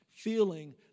feeling